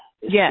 Yes